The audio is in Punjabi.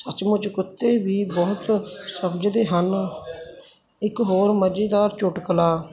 ਸੱਚ ਮੁੱਚ ਕੁੱਤੇ ਵੀ ਬਹੁਤ ਸਮਝਦੇ ਹਨ ਇੱਕ ਹੋਰ ਮਜ਼ੇਦਾਰ ਚੁਟਕਲਾ